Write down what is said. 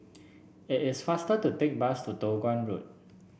it is faster to take the bus to Toh Guan Road